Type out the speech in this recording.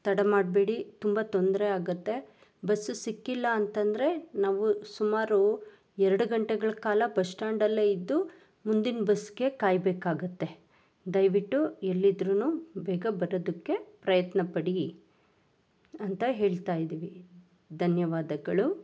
ತಡ ಮಾಡಬೇಡಿ ತುಂಬ ತೊಂದರೆ ಆಗುತ್ತೆ ಬಸ್ಸು ಸಿಕ್ಕಿಲ್ಲ ಅಂತ ಅಂದರೆ ನಾವು ಸುಮಾರು ಎರಡು ಗಂಟೆಗಳ ಕಾಲ ಬಸ್ ಸ್ಟ್ಯಾಂಡಲ್ಲೆ ಇದ್ದು ಮುಂದಿನ ಬಸ್ಸಿಗೆ ಕಾಯಬೇಕಾಗತ್ತೆ ದಯವಿಟ್ಟು ಎಲ್ಲಿದ್ರು ಬೇಗ ಬರೋದಕ್ಕೆ ಪ್ರಯತ್ನಪಡಿ ಅಂತ ಹೇಳ್ತಾಯಿದ್ದೀವಿ ಧನ್ಯವಾದಗಳು